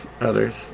others